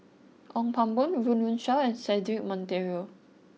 Ong Pang Boon Run Run Shaw and Cedric Monteiro